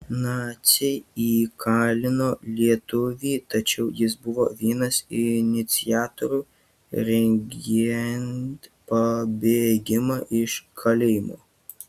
naciai įkalino lietuvį tačiau jis buvo vienas iniciatorių rengiant pabėgimą iš kalėjimo